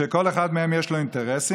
שכל אחד מהם יש לו אינטרסים,